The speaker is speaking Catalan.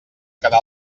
quedar